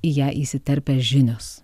į ją įsiterpia žinios